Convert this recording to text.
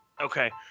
Okay